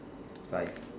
five